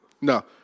No